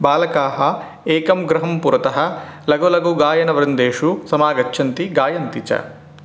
बालकाः एकं गृहं पुरतः लघुलघुगायनवृन्देषु समागच्छन्ति गायन्ति च